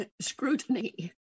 scrutiny